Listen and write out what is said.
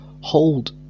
hold